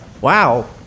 Wow